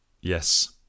yes